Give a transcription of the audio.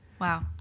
Wow